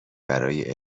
برای